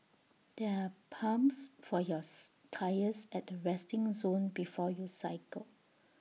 there are pumps for yours tyres at the resting zone before you cycle